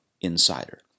INSIDER